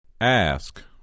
Ask